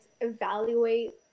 evaluate